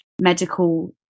medical